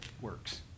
works